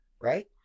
right